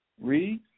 Read